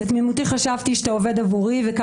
בתמימותי חשבתי שאתה עובד עבורי וקם